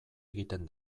egiten